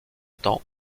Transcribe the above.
temps